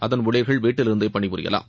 அதன் ஊழியர்கள் வீட்டில் இருந்தே பணிபுரியலாம்